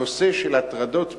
הנושא של הטרדות מיניות,